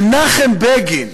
מנחם בגין,